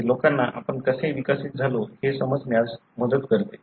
हे लोकांना आपण कसे विकसित झालो हे समजण्यास मदत करते